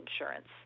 insurance